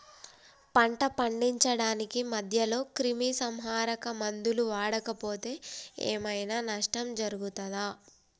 పంట పండించడానికి మధ్యలో క్రిమిసంహరక మందులు వాడకపోతే ఏం ఐనా నష్టం జరుగుతదా?